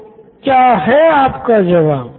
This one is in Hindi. तो क्या है आपका जवाब